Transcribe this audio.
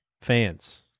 fans